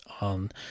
on